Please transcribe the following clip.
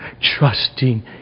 trusting